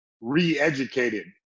re-educated